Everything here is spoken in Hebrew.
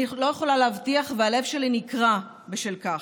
אני לא יכולה להבטיח והלב שלי נקרע בשל כך.